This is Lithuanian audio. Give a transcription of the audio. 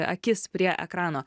akis prie ekrano